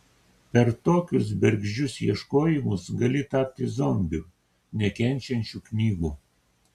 per tokius bergždžius ieškojimus gali tapti zombiu nekenčiančiu knygų